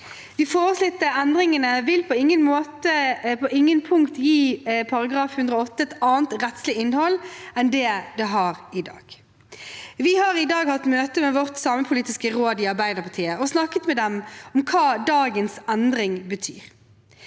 De foreslåtte endringene vil ikke på noe punkt gi § 108 et annet rettslig innhold enn det det har i dag. Vi har i dag hatt møte med vårt samepolitiske råd i Arbeiderpartiet og snakket med dem om hva dagens endring betyr.